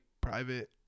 private